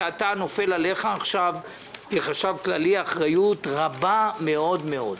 שנופלת עליך עכשיו כחשב כללי אחריות רבה מאוד מאוד,